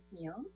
Meals